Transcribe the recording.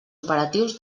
operatius